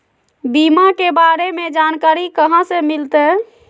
बीमा के बारे में जानकारी कहा से मिलते?